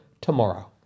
tomorrow